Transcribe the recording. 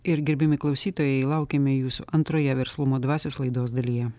ir gerbiami klausytojai laukiame jūsų antroje verslumo dvasios laidos dalyje